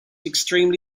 extremely